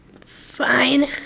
Fine